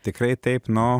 tikrai taip nu